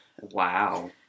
Wow